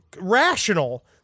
rational